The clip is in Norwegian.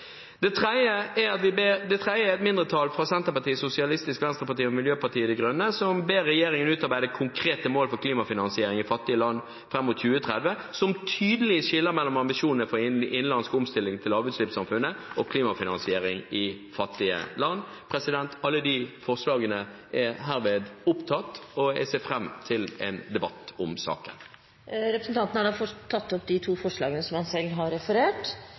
Det tredje er at det er et mindretall fra Senterpartiet, SV og Miljøpartiet De Grønne som ber regjeringen utarbeide konkrete mål for klimafinansieringen i fattige land fram mot 2030, som tydelig skiller mellom ambisjonene for innenlandsk omstilling til lavutslippssamfunnet og klimafinansiering i fattige land. Alle forslagene er herved opptatt, og jeg ser fram til en debatt om saken. Representanten Heikki Eidsvoll Holmås har tatt opp de to forslagene han har referert